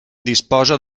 disposa